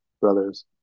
brothers